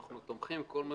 כל מה